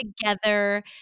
together